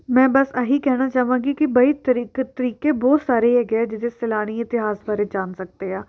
ਮੈਂ ਬਸ ਇਹੀ ਕਹਿਣਾ ਚਾਹਵਾਂਗੀ ਕਿ ਬਈ ਤਰੀਕ ਤਰੀਕੇ ਬਹੁਤ ਸਾਰੇ ਹੈਗੇ ਆ ਜਿੱਥੇ ਸੈਲਾਨੀ ਇਤਿਹਾਸ ਬਾਰੇ ਜਾਣ ਸਕਦੇ ਆ